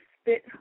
spit